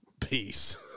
peace